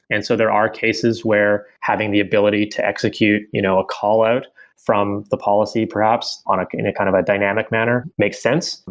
and so there are cases where having the ability to execute you know a call out from the policy perhaps in a kind of a dynamic manner makes sense,